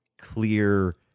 clear